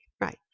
right